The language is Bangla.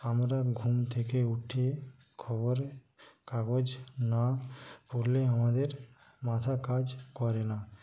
আমরা ঘুম থেকে উঠে খবরে কাগজ না পড়লে আমাদের মাথা কাজ করে না